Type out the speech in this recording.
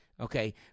Okay